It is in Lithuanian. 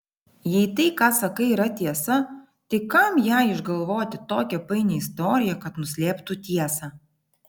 jei tai ką sakai yra tiesa tai kam jai išgalvoti tokią painią istoriją kad nuslėptų tiesą